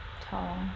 Tall